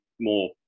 more